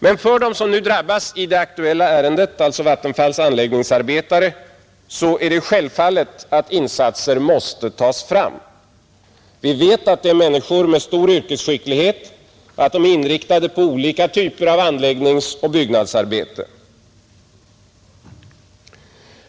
Men för dem som nu drabbas i det aktuella ärendet, Vattenfalls anläggningsarbetare, är det självklart att insatser måste göras. Vi vet att de är människor med stor yrkesskicklighet och att de är inriktade på olika typer av anläggningsoch byggnadsarbete.